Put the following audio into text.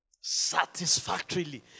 Satisfactorily